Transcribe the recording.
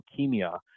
leukemia